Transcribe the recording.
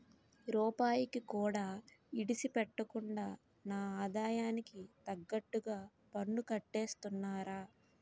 రూపాయికి కూడా ఇడిసిపెట్టకుండా నా ఆదాయానికి తగ్గట్టుగా పన్నుకట్టేస్తున్నారా